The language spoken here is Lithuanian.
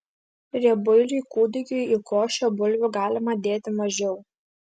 riebuiliui kūdikiui į košę bulvių galima dėti mažiau